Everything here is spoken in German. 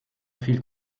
viel